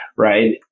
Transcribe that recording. Right